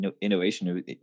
Innovation